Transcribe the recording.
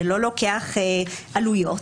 זה לא לוקח עלויות,